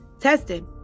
tested